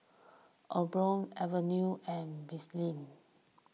Omron Avene and Betadine